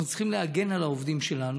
אנחנו צריכים להגן על העובדים שלנו,